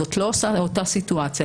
זאת לא אותה סיטואציה.